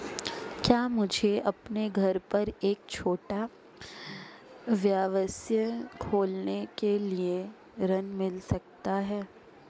क्या मुझे अपने घर पर एक छोटा व्यवसाय खोलने के लिए ऋण मिल सकता है?